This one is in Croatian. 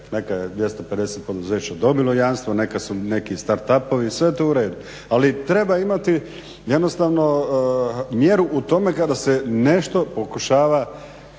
neke 250 poduzeća dobilo jamstvo, neka su, neki start …/Govornik se ne razumije./… sve je to u redu. Ali treba imati jednostavno mjeru u tome kada se nešto pokušava